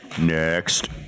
next